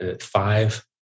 five